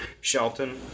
Shelton